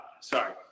sorry